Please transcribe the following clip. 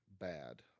bad